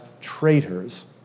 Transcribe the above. traitors